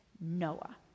Noah